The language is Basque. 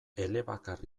elebakar